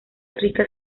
rica